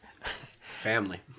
Family